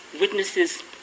witnesses